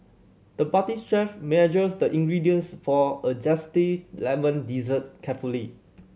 the parties chef measured the ingredients for a zesty lemon dessert carefully